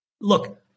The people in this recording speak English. look